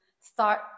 start